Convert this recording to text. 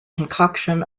concoction